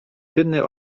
czynny